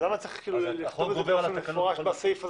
למה צריך לכתוב את זה רק בסעיף הזה?